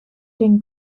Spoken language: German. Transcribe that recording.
den